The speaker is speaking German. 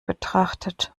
betrachtet